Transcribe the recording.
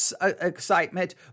excitement